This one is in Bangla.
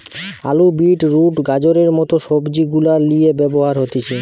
আলু, বিট রুট, গাজরের মত সবজি গুলার লিয়ে ব্যবহার হতিছে